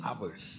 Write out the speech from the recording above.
hours